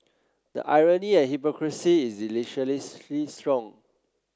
the irony and hypocrisy is deliciously strong